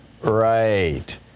Right